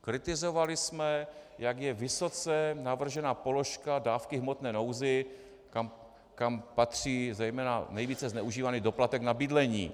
Kritizovali jsme, jak je vysoce navržena položka dávky v hmotné nouzi, kam patří zejména nejvíce zneužívaný doplatek na bydlení.